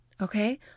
Okay